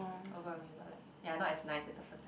overwhelming but like ya not as nice as the first time